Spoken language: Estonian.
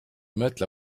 mõtle